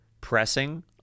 pressing